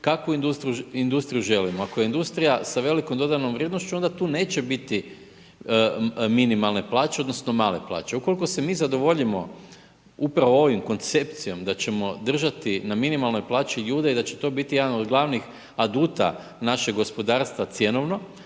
kakvu industriju želimo. Ako je industrija sa velikom dodanom vrijednošću onda tu neće biti minimalne plaće, odnosno male plaće. Ukoliko se mi zadovoljimo upravo ovom koncepcijom da ćemo držati na minimalnoj plaći ljude i da će to biti jedan od glavnih aduta našeg gospodarstva cjenovno,